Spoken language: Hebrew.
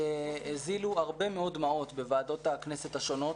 שהזילו הרבה מאוד דמעות בוועדות הכנסת השונות,